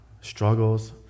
struggles